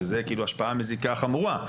שזה כאילו השפעה מזיקה חמורה.